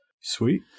Sweet